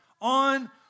on